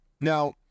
Now